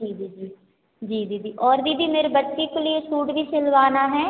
जी दीदी जी दीदी और दीदी मेरे बच्चे के लिए सूट भी सिलवाना है